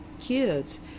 kids